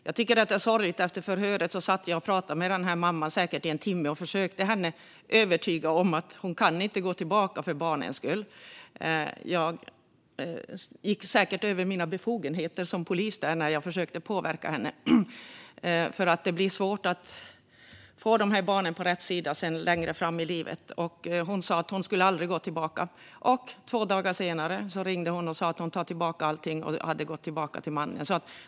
Jag tycker att det är sorgligt, för efter förhöret satt jag och pratade med den här mamman i säkert en timme och försökte övertyga henne om att hon för barnens skull inte kunde gå tillbaka till mannen. Jag gick säkert över mina befogenheter som polis när jag försökte påverka henne, för det blir svårt att få de här barnen på rätt sida längre fram i livet. Hon sa att hon aldrig skulle gå tillbaka, men två dagar senare ringde hon och sa att hon tog tillbaka allting. Hon hade gått tillbaka till mannen.